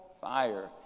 fire